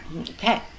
Okay